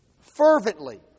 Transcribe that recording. fervently